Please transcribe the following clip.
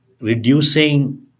Reducing